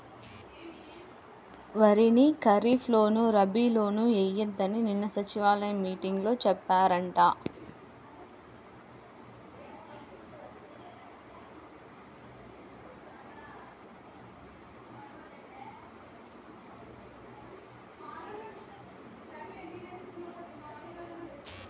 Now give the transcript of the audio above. వరిని ఖరీప్ లోను, రబీ లోనూ ఎయ్యొద్దని నిన్న సచివాలయం మీటింగులో చెప్పారంట